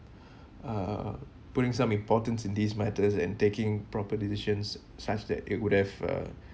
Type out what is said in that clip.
uh putting some importance in these matters and taking proper decisions such that it would have a